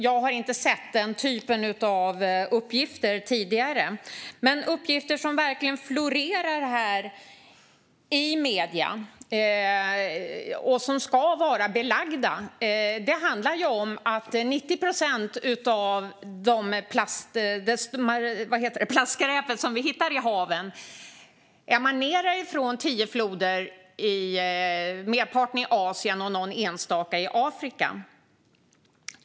Jag har inte sett den typen av uppgifter tidigare, men uppgifter som verkligen florerar i medierna och som ska vara belagda handlar om att 90 procent av det plastskräp som vi hittar i haven emanerar från tio floder, varav merparten i Asien och någon enstaka i Afrika.